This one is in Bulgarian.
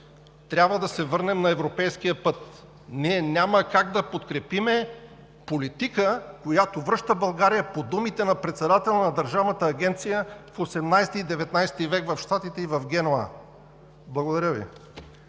трябва да се върнем на европейския път. Ние няма как да подкрепим политика, която връща България, по думите на председателя на Държавната агенция, в XVIII и XIX век в Щатите и в Генуа. Благодаря Ви.